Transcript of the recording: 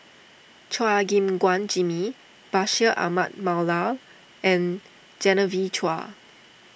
Chua Gim Guan Jimmy Bashir Ahmad Mallal and Genevieve Chua